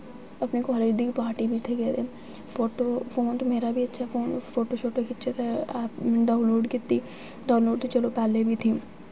अपने कालेज दी पार्टी भी उत्थै गेदे फोटू फोन ते मेरा बी उत्थै फोन फोटू शोटू खिच्चे ते ऐप डाउनलोड कीती डाउनलोड ते चलो पैह्लें बी थी